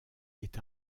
est